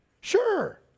sure